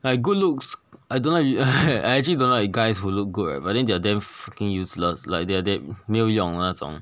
like good looks I don't like I actually don't like guys who look good right but then they're damn freaking useless like they are that 没有用那种